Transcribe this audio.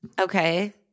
Okay